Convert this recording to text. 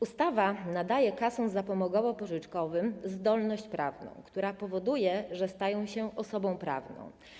Ustawa nadaje kasom zapomogowo-pożyczkowym zdolność prawną, która powoduje, że stają się osobą prawną.